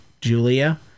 Julia